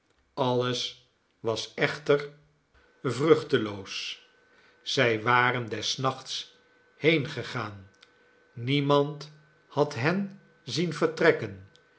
alles was echter nelly vruchteloos zij waren des nachts heengegaan niemand had hen zien vertrekken